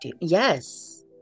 Yes